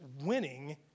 winning